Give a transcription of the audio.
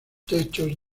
techos